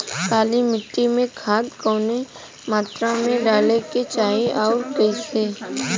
काली मिट्टी में खाद कवने मात्रा में डाले के चाही अउर कइसे?